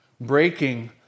breaking